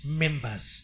members